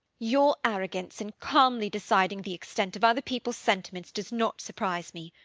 your arrogance in calmly deciding the extent of other people's sentiments does not surprise me.